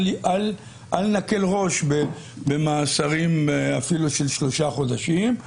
אל נקל ראש במאסרים אפילו של שלושה חודשים.